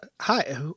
Hi